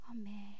Amen